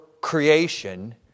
creation